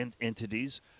entities